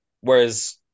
whereas